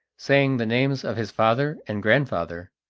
saying the names of his father and grandfather.